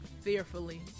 fearfully